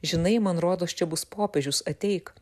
žinai man rodos čia bus popiežius ateik